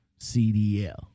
CDL